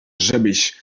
żebyś